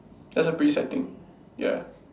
that's a pretty sad thing ya